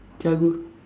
Thiagu